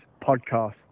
Podcast